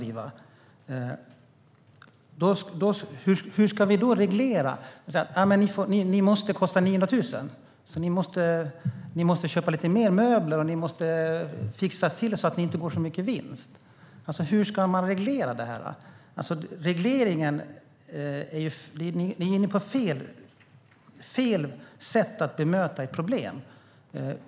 Er verksamhet måste kosta minst 900 000, så ni får köpa lite mer möbler och fixa så att ni inte går med så mycket i vinst! Är det så vi ska säga? Hur ska man reglera det här? Ni är inne på fel sätt att möta problemet.